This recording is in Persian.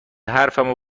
حرفمو